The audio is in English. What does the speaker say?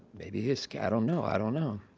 maybe his, i don't know i don't know.